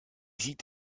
sieht